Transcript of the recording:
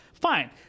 fine